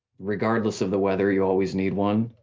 regardless of the weather you always need one.